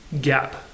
gap